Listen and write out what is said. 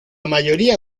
mayoría